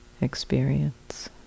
experience